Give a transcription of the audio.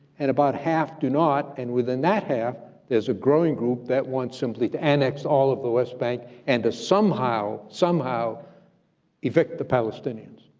and about half do not, and within that half, there's a growing group that wants simply to annex all of the west bank and to somehow somehow evict the palestinians.